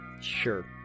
Sure